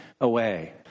away